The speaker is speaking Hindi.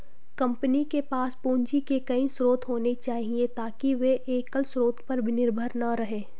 कंपनी के पास पूंजी के कई स्रोत होने चाहिए ताकि वे एकल स्रोत पर निर्भर न रहें